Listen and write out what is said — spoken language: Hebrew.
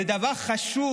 זה דבר חשוב,